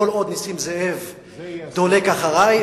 כל עוד נסים זאב דולק אחרי,